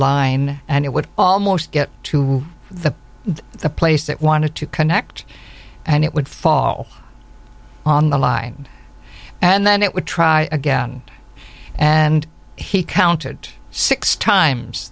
line and it would almost get to the place that wanted to connect and it would fall on the line and then it would try again and he counted six times